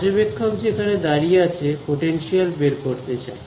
পর্যবেক্ষক যে এখানে দাঁড়িয়ে আছে পোটেনশিয়াল বের করতে চায়